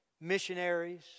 missionaries